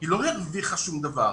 היא לא הרוויחה שום דבר,